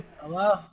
Hello